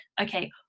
okay